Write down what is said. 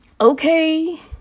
Okay